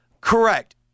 Correct